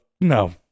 no